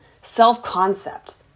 self-concept